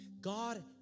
God